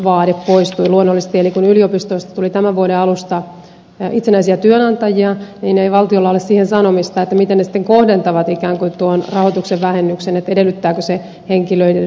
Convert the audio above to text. eli kun yliopistoista tuli tämän vuoden alusta itsenäisiä työnantajia ei valtiolla ole siihen sanomista miten ne sitten kohdentavat tuon rahoituksen vähennyksen eli edellyttääkö se henkilöiden vähentämistä